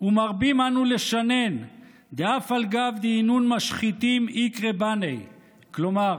ומרבים אנו לשנן 'דאף על גב דאינון משחיתים אקרי בני'" כלומר,